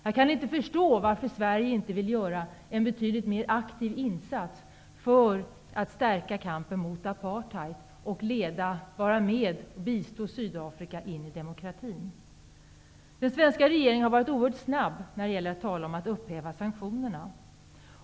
Jag kan inte förstå varför man från svensk sida inte vill göra en betydligt mer aktiv insats för att stärka kampen mot apartheid, och för att bistå Sydafrika med att leda landet in i demokrati. Den svenska regeringen har varit oerhört snabb med att tala om att upphäva sanktionerna.